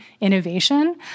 innovation